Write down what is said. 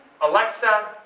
Alexa